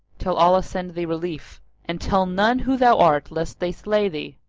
till allah send thee relief and tell none who thou art lest they slay thee.